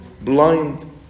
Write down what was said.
blind